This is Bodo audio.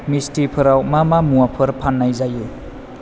मिस्टिफोराव मा मा मुवाफोर फान्नाय जायो